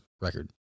record